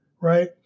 right